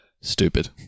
Stupid